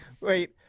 wait